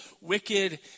wicked